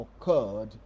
occurred